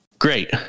Great